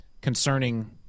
concerning